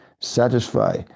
satisfy